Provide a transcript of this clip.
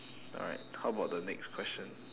alright how about the next question